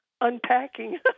unpacking